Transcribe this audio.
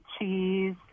cheese